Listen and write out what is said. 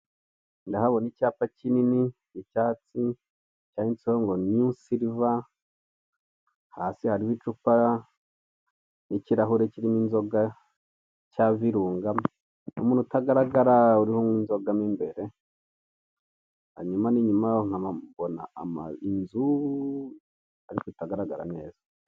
Ndahabana icyapa kinini cy'icyatsi cyanditseho ngo New Silver hasi hariho icupa ry'ikirahure kirimo inzoga cya Virunga n'umuntu utagaragara urimo kunywa inzoga mu imbere hanyuma imbere ndahabona inzu ariko itagaragara neza.